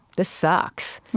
this sucks.